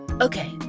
Okay